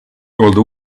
cold